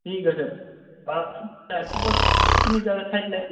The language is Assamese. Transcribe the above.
ঠিক আছে ৰাতিপুৱা